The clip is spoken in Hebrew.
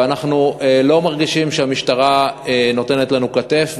ואנחנו לא מרגישים שהמשטרה נותנת לנו כתף.